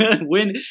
win